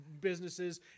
businesses